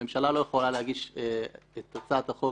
הממשלה לא יכולה להגיש את הצעת החוק